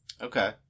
Okay